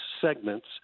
segments